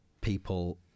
people